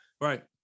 Right